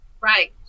Right